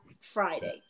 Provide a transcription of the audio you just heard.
Friday